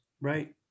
Right